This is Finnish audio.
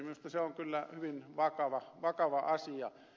minusta se on kyllä hyvin vakava asia